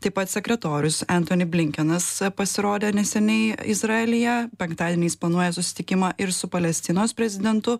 taip pat sekretorius entoni blinkenas pasirodė neseniai izraelyje penktadienį jis planuoja susitikimą ir su palestinos prezidentu